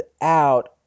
out